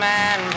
Man